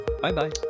Bye-bye